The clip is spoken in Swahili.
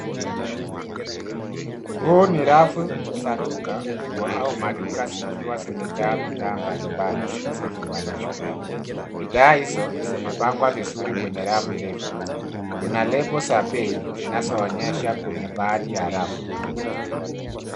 Huu ni rafu za duka kubwa au maduka zikiwa zimejaa bidhaa mbali mbali zilizofunganishwa .Bidhaa hizo zimepangwa vizuri kwenye rafu ndefu. Kuna lebo za bei zinazoonyesha kwenye baadhi ya rafu.